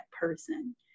person